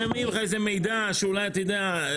מביאים לך איזה מידע שאולי תדע,